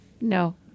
No